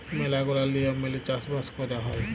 ম্যালা গুলা লিয়ম মেলে চাষ বাস কয়রা হ্যয়